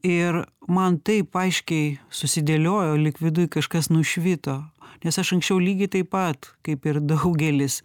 ir man taip aiškiai susidėliojo lyg viduj kažkas nušvito nes aš anksčiau lygiai taip pat kaip ir daugelis